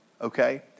okay